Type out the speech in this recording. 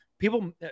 People